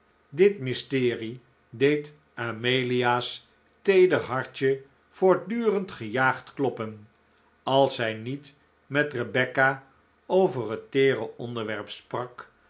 dit mysterie deed amelia's teeder hartje voortdurend gejaagd kloppen als zij niet met rebecca over het teere onderwerp sprak